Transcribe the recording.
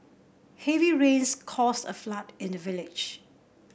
heavy rains caused a flood in the village